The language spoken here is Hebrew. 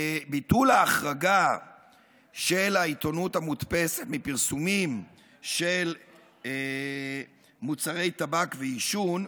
של העיתונות המודפסת מפרסומים של מוצרי טבק ועישון,